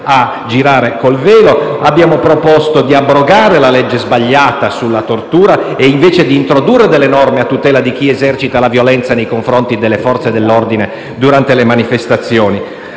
a girare con il velo. Abbiamo proposto di abrogare la legge sbagliata sulla tortura e introdurre invece delle norme a tutela di chi esercita la violenza nei confronti delle Forze dell'ordine durante le manifestazioni.